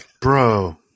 Bro